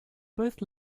both